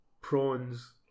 prawns